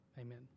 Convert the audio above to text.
Amen